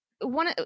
one